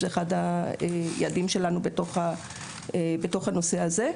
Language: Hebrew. זה אחד היעדים שלנו בנושא הזה,